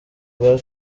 bwa